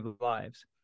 lives